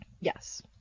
Yes